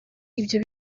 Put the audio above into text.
ibyo